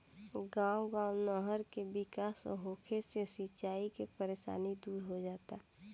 गांव गांव नहर के विकास होंगे से सिंचाई के परेशानी दूर हो जाता